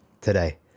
today